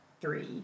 three